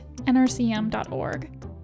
nrcm.org